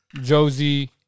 Josie